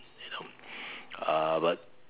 uh but